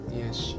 yes